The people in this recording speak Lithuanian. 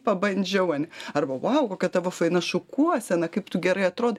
pabandžiau ane arba vau kokia tavo faina šukuosena kaip tu gerai atrodai